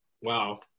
Wow